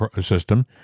system